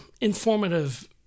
informative